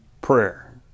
prayer